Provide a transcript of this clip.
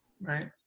right